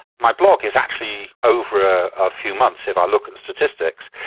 my blog is actually, over a few months if i look at the statistics,